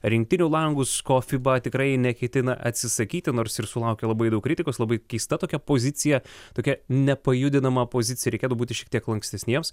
rinktinių langus ko fiba tikrai neketina atsisakyti nors ir sulaukia labai daug kritikos labai keista tokia pozicija tokia nepajudinama pozicija reikėtų būti šiek tiek lankstesniems